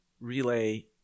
relay